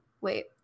Wait